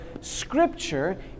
Scripture